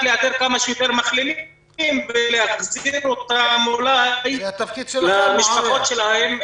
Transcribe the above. לאתר כמה שיותר ולהחזיר אותם אולי למשפחות שלהם,